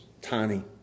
tiny